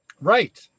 right